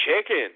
chicken